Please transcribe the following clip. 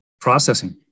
processing